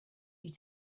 you